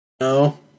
No